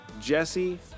Jesse